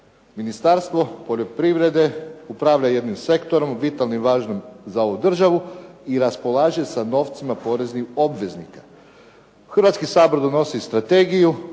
Ministarstvo poljoprivrede upravlja jednim sektorom vitalnim i važnim za ovu državu i raspolaže sa novcima poreznih obveznika. Hrvatski sabor donosi strategiju